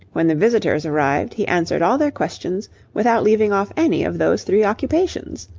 when the visitors arrived he answered all their questions without leaving off any of those three occupations!